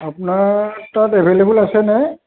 আপোনাৰ তাত এভেইলেবল আছে নে